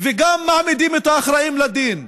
וגם מעמידים את האחראים לדין.